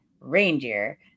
reindeer